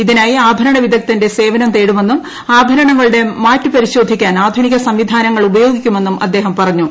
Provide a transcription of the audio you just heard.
ഇതിനായി ആഭരണ വിദഗ്ധന്റെ സേവനം തേടുമെന്നും ആഭരണങ്ങളുടെ മാറ്റ് പരിശോധിക്കാൻ ആധുനിക സംവിധാനങ്ങൾ ഉപയോഗിക്കുമെന്നും അദ്ദേഹം പറഞ്ഞു